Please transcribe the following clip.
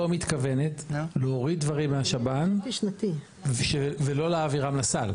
להוריד דברים מהשב"ן ולא להעבירם לסל?